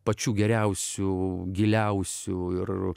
pačių geriausių giliausių ir